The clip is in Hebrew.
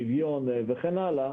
שוויון וכן הלאה,